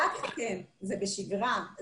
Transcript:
כן, זה בשגרה.